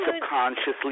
subconsciously